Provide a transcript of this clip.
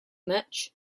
much